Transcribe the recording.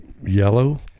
Yellow